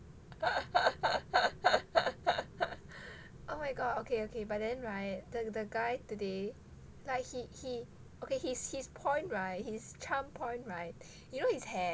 oh my god okay okay but then [right] the the guy today like he he okay his his point [right] his charm point [right] you know his hair